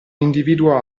individuo